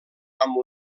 amb